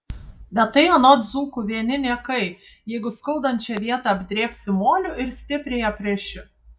bet tai anot dzūkų vieni niekai jeigu skaudančią vietą apdrėbsi moliu ir stipriai apriši